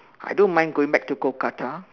I don't mind going back to Kolkata